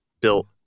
built